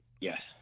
Yes